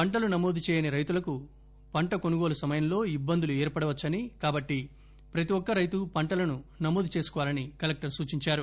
పంటలు నమోదు చేయని రైతులకు పంట కొనుగోలు సమయంలో ఇబ్బందులు ఏర్పడ వచ్చని కాబట్టి ప్రతి ఒక్క రైతు పంటలను నమోదు చేసుకోవాలని కలెక్టర్ సూచించారు